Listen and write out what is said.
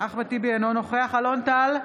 אינו נוכח אלון טל,